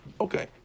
Okay